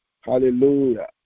Hallelujah